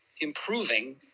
improving